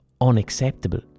unacceptable